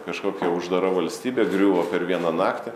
kažkokia uždara valstybė griūvo per vieną naktį